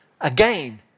Again